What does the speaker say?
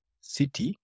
city